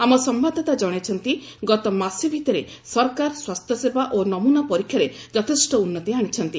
ଆମ ସମ୍ଭାଦଦାତା ଜଣାଇଛନ୍ତି ଗତ ମାସେ ଭିତରେ ସରକାର ସ୍ୱାସ୍ଥ୍ୟସେବା ଓ ନମୁନା ପରୀକ୍ଷାରେ ଯଥେଷ୍ଟ ଉନ୍ନତି ଆଣିଛନ୍ତି